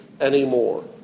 anymore